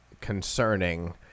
concerning